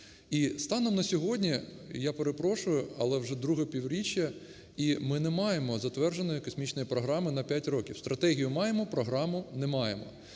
І станом на сьогодні, я перепрошую, але вже друге півріччя і ми не маємо затвердженої космічної програми на 5 років, стратегію маємо – програму не маємо.